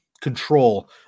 control